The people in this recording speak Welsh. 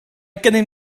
gennym